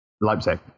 Leipzig